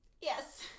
Yes